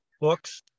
books